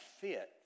fit